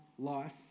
Life